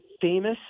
famous